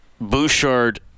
Bouchard